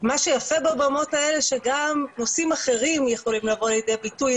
מה שיפה בבמות האלה שגם נושאים אחרים יכולים לבוא לידי ביטוי,